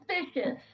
suspicious